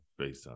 FaceTime